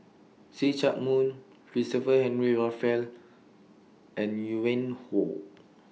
See Chak Mun Christopher Henry Rothwell and YOU Win Hoe